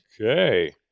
Okay